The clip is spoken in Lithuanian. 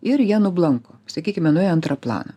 ir jie nublanko sakykime nuėjo antrą planą